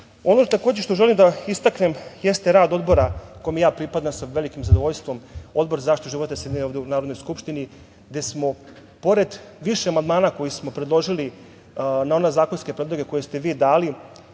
što takođe želim da istaknem jeste rad Odbora, kome ja pripadam sa velikim zadovoljstvom, Odbora za zaštitu životne sredine ovde u Narodnoj skupštini, gde smo pored više amandmana koje smo predložili na one zakonske predloge koje ste vi dali,